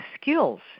skills